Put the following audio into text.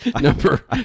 Number